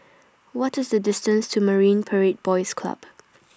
What IS The distance to Marine Parade Boys Club